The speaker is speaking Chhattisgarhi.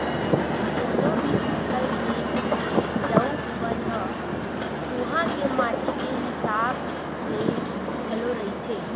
कोनो भी फसल के उपजाउ पन ह उहाँ के माटी के हिसाब ले घलो रहिथे